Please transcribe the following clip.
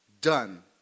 done